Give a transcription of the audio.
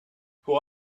who